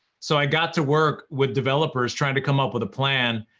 so i got to work with developers, trying to come up with a plan,